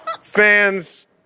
fans